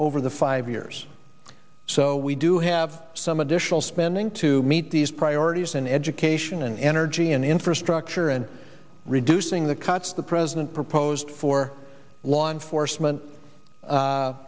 over the five years so we do have some additional spending to meet these priorities in education and energy and infrastructure and reducing the cuts the president proposed for law enforcement